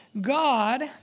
God